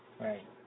Right